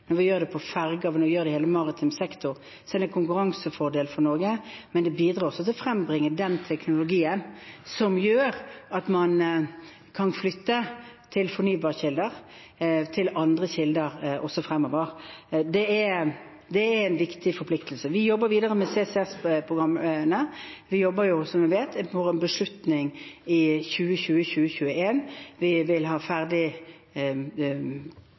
det for ferger og i hele den maritime sektoren, er det en konkurransefordel for Norge, men det bidrar også til å frembringe den teknologien som gjør at man kan flytte over til fornybare energikilder og andre energikilder fremover. Det er en viktig forpliktelse. Vi jobber videre med CCS-programmene. Vi jobber, som man vet, for å ta en beslutning i 2020/2021. Vi vil være ferdige med prosessene rundt fangstdelen enten før jul eller i begynnelsen av 2020.